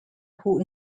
who